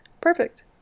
Perfect